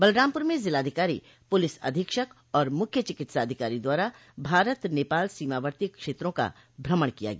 बलरामपुर में ज़िलाधिकारी पुलिस अधीक्षक और मुख्य चिकित्साधिकारी द्वारा भारत नेपाल सीमावर्ती क्षेत्रों का भ्रमण किया गया